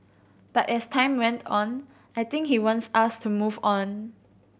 but as time went on I think he wants us to move on